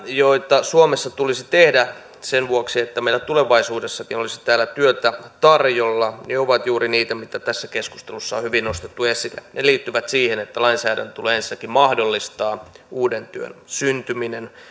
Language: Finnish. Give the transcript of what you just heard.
joita suomessa tulisi tehdä sen vuoksi että meillä tulevaisuudessakin olisi täällä työtä tarjolla ovat juuri niitä mitä tässä keskustelussa on hyvin nostettu esille ne liittyvät siihen että lainsäädännön tulee ensinnäkin mahdollistaa uuden työn syntyminen